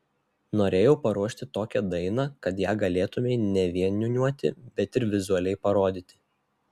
norėjau paruošti tokią dainą kad ją galėtumei ne vien niūniuoti bet ir vizualiai parodyti